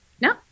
No